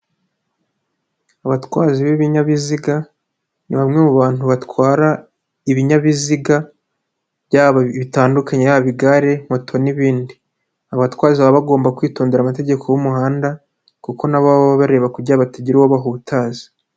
Abatwazi b'ibinyabiziga ni bamwe mu bantu batwara ibinyabiziga byabo bitandukanye, haba igare, moto n'ibindi, abatwazi baba bagomba kwitondera amategeko y'umuhanda kuko nabo baba bareba kugira ngo batagira uwo bahutaza.